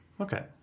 Okay